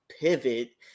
pivot